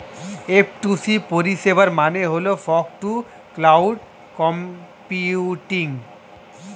F two C পরিষেবার মানে হল ফগ টু ক্লাউড কম্পিউটিং